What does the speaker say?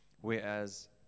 Whereas